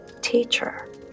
teacher